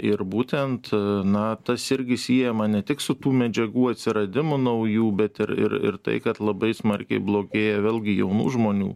ir būtent na tas irgi siejama ne tik su tų medžiagų atsiradimu naujų bet ir ir ir tai kad labai smarkiai blogėja vėlgi jaunų žmonių